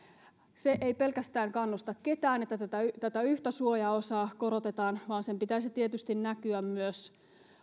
se pelkästään ei kannusta ketään että tätä tätä yhtä suojaosaa korotetaan vaan sen pitäisi tietysti näkyä myös